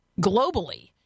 globally